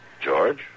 George